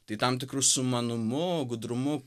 tai tam tikru sumanumu gudrumu